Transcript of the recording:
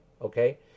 okay